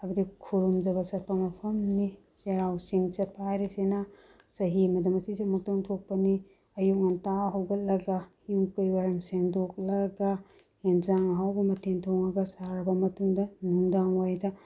ꯍꯥꯏꯕꯗꯤ ꯈꯨꯔꯨꯝꯖꯕ ꯆꯠꯄ ꯃꯐꯝꯅꯤ ꯆꯩꯔꯥꯎ ꯆꯤꯡ ꯆꯠꯄ ꯍꯥꯏꯔꯤꯁꯤꯅ ꯆꯍꯤ ꯑꯃꯗ ꯃꯁꯤꯁꯨ ꯑꯃꯨꯛꯇꯪ ꯊꯣꯛꯄꯅꯤ ꯑꯌꯨꯛ ꯉꯟꯇꯥ ꯍꯧꯒꯠꯂꯒ ꯌꯨꯝ ꯀꯩ ꯋꯥꯏꯔꯝ ꯁꯦꯡꯗꯣꯛꯂꯒ ꯑꯦꯟꯁꯥꯡ ꯑꯍꯥꯎꯕ ꯃꯊꯦꯟ ꯊꯣꯡꯉꯒ ꯆꯥꯔꯕ ꯃꯇꯨꯡꯗ ꯅꯨꯃꯤꯗꯥꯡꯋꯥꯏꯗ